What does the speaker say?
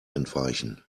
entweichen